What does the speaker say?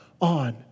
on